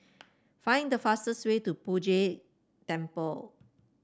find the fastest way to Poh Jay Temple